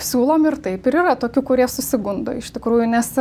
siūlom ir taip ir yra tokių kurie susigundo iš tikrųjų nes